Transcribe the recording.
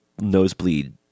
nosebleed